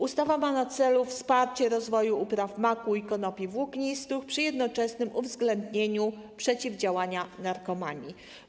Ustawa ma na celu wsparcie rozwoju upraw maku i konopi włóknistych przy jednoczesnym uwzględnieniu przeciwdziałania narkomanii.